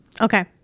Okay